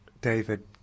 David